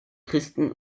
christen